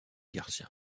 garcia